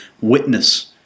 witness